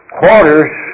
quarters